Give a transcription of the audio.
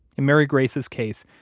in mary grace's case,